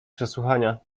przesłuchania